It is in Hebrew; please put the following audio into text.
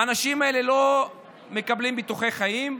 האנשים האלה לא מקבלים ביטוחי חיים,